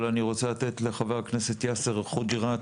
אבל אני רוצה לתת לחבר הכנסת יאסר חוג׳יראת,